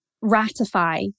ratify